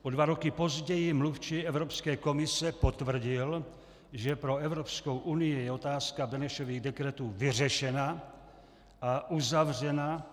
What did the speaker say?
O dva roky později mluvčí Evropské komise potvrdil, že pro Evropskou unii je otázka Benešových dekretů vyřešena a uzavřena.